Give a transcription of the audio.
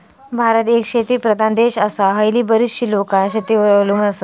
भारत एक शेतीप्रधान देश आसा, हयली बरीचशी लोकां शेतीवर अवलंबून आसत